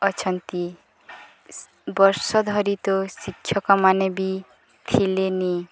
ଅଛନ୍ତି ବର୍ଷ ଧରିି ତ ଶିକ୍ଷକମାନେ ବି ଥିଲେନି